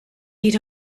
eat